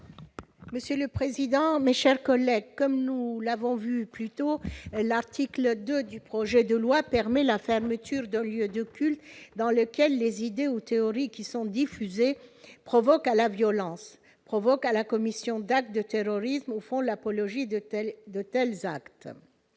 Monsieur le président, mes chers collègues, comme nous l'avons vu plutôt l'article 2 du projet de loi permet la fermeture de lieux de culte dans lequel les idéaux théories qui sont diffusés provoqua la violence provoqua à la commission d'actes de terrorisme au fond l'apologie de tels, de